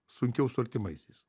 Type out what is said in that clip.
sunkiau su artimaisiais